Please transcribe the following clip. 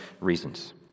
reasons